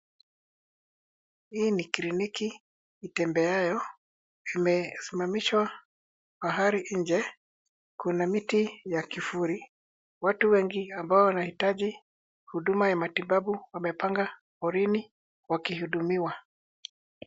Hii ni kliniki itembeayo imesimamishwa pahali nje. Kuna miti ya kivuli. Watu wengi ambao wanahitaji huduma ya matibabu wamepanga foleni wakihudumiwa.